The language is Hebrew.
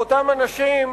מאותם אנשים,